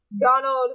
Donald